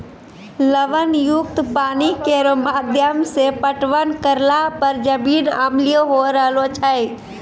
लवण युक्त पानी केरो माध्यम सें पटवन करला पर जमीन अम्लीय होय रहलो छै